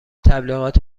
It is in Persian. تبلیغات